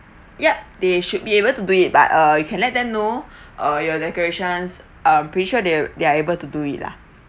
yup they should be able to do it but uh you can let them know uh your decorations uh pretty sure they they're able to do it lah